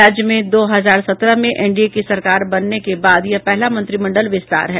राज्य में दो हजार सत्रह में एनडीए की सरकार बनने के बाद यह पहला मंत्रिमंडल विस्तार है